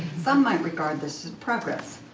some might regard this as progress.